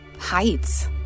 heights